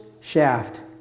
shaft